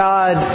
God